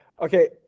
Okay